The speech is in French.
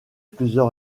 plusieurs